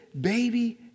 baby